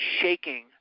shaking